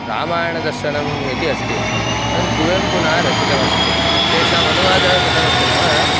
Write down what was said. रामायणदर्शनम् इति अस्ति तद् कुवेम्पुना रचितमस्ति तेषाम् अनुवादः कथमस्ति नाम